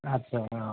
আচ্ছা অঁ